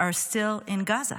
are steel in Gaza.